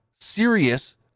serious